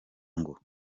ngo